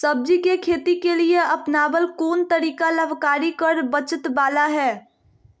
सब्जी के खेती के लिए अपनाबल कोन तरीका लाभकारी कर बचत बाला है?